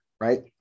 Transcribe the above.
Right